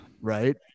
Right